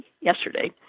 yesterday